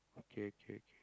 okay okay okay